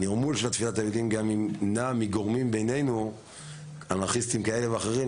הנרמול של תפילת היהודים נע מגורמים אנרכיסטים כאלה ואחרים,